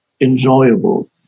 enjoyable